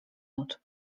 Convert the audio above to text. nut